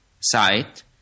site